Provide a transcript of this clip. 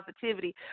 positivity